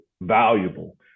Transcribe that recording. valuable